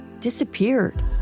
disappeared